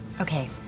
Okay